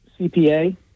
cpa